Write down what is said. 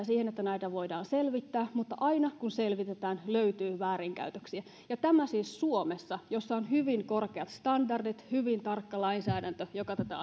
siihen että näitä voidaan selvittää mutta aina kun selvitetään löytyy väärinkäytöksiä ja tämä siis suomessa jossa on hyvin korkeat standardit hyvin tarkka lainsäädäntö joka tätä